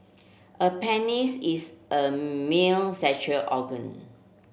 a penis is a male sexual organ